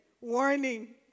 warning